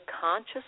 conscious